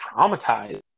traumatized